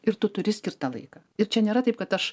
ir tu turi skirt tą laiką ir čia nėra taip kad aš